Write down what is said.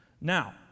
Now